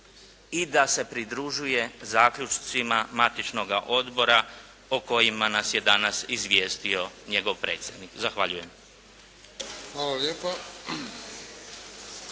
I da se pridružuje zaključcima matičnoga odbora o kojima nas je danas izvijestio njegov predsjednik. Zahvaljujem.